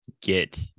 get